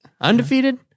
undefeated